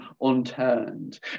unturned